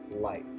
life